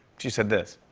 she said this.